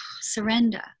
surrender